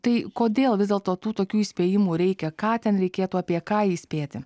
tai kodėl vis dėlto tų tokių įspėjimų reikia ką ten reikėtų apie ką įspėti